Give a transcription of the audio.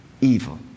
evil